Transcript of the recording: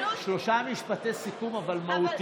נו, מה.